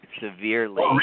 severely